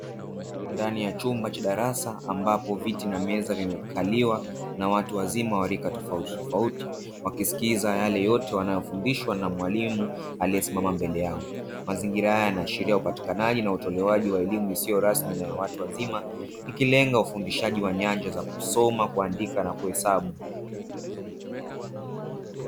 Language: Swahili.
Ndani ya chumba cha darasa ambapo viti na meza vimekaliwa na watu wazima wa rika tofauti tofauti wakisiliza yale yote wanayofundishwa na mwalimu aliesimama mbele yao, mazingira haya yanaashiria upatikanaji na utolewaji wa elimu isiyo rasmi na ya watu wazima, ikilenga ufundishqji wa nyanja ya kusoma kuandika na kuhesabu.